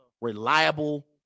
reliable